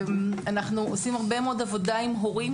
אנחנו עושים הרבה מאוד עבודה עם הורים.